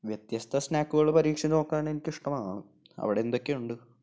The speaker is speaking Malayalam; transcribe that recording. വ്യത്യസ്ത സ്നാക്കുകൾ പരീക്ഷിച്ചുനോക്കാൻ എനിക്ക് ഇഷ്ടമാണ് അവിടെ എന്തൊക്കെ ഉണ്ട്